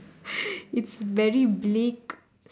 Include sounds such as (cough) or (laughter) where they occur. (laughs) it's very bleak